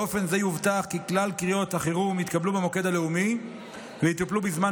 באופן זה יובטח כי כלל קריאות החירום יתקבלו במוקד הלאומי ויטופלו בזמן